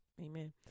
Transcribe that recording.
Amen